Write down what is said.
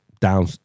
down